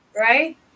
Right